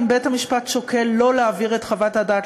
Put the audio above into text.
שאם בית-המשפט שוקל לא להעביר את חוות הדעת